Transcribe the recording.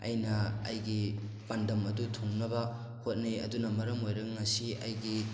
ꯑꯩꯅ ꯑꯩꯒꯤ ꯄꯥꯟꯗꯝ ꯑꯗꯨ ꯊꯨꯡꯅꯕ ꯍꯣꯠꯅꯩ ꯑꯗꯨꯅ ꯃꯔꯝ ꯑꯣꯏꯔꯒ ꯉꯁꯤ ꯑꯩꯒꯤ